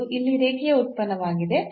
ಇದು ಇಲ್ಲಿ ರೇಖೀಯ ಉತ್ಪನ್ನವಾಗಿದೆ